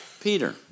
Peter